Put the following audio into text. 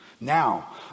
Now